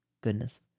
Goodness